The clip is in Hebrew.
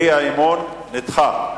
האי-אמון נדחה.